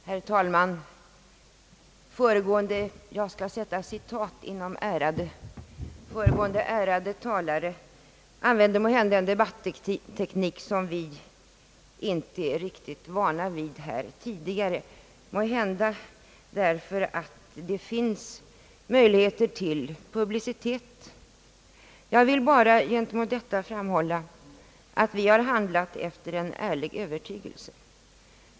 Herr talman! Föregående »ärade» talare — jag sätter citationstecken kring ordet ärade — använder en debatteknik som vi inte är riktigt vana vid här. Han gjorde det måhända därför att det finns möjligheter till publicitet. Jag vill bara gentemot vad herr Ahlmark anförde framhålla att vi har handlat efter en ärlig övertygelse.